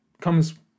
comes